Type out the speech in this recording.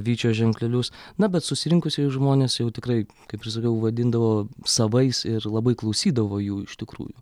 vyčio ženklelius na bet susirinkusieji žmonės jau tikrai kaip ir sakiau vadindavo savais ir labai klausydavo jų iš tikrųjų